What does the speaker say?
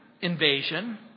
invasion